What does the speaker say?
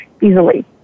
easily